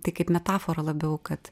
tai kaip metafora labiau kad